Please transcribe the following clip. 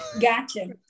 Gotcha